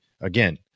again